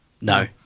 no